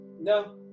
no